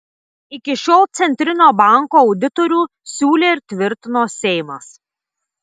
iki šiol centrinio banko auditorių siūlė ir tvirtino seimas